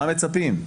מה מצפים,